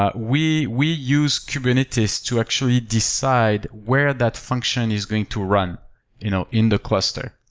ah we we use kubernetes to actually decide where that function is going to run you know in the cluster.